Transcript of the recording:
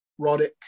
Roddick